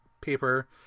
paper